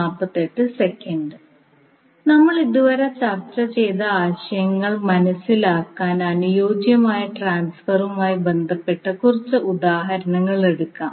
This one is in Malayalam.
നമ്മൾ ഇതുവരെ ചർച്ച ചെയ്ത ആശയങ്ങൾ മനസിലാക്കാൻ അനുയോജ്യമായ ട്രാൻസ്ഫോർമറുമായി ബന്ധപ്പെട്ട കുറച്ച് ഉദാഹരണങ്ങൾ എടുക്കാം